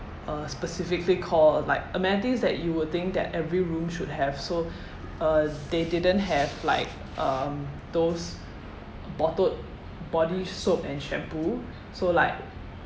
uh specifically call like amenities that you would think that every room should have so uh they didn't have like um those bottled body soap and shampoo so like